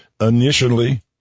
initially